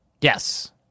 Yes